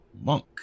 Monk